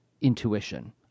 intuition